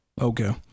Okay